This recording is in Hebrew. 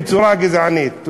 בצורה גזענית.